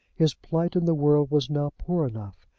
his plight in the world was now poor enough,